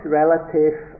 relative